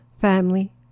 family